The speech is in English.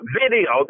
video